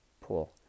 pool